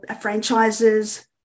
franchises